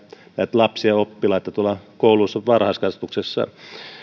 lapsia oppilaita kouluissa ja varhaiskasvatuksessa